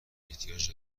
احتیاج